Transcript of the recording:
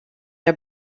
are